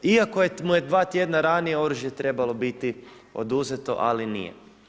Iako mu je dva tjedna ranije oružje trebalo biti oduzeto ali nije.